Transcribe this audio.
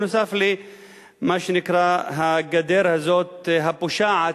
נוסף על מה שנקרא הגדר הפושעת,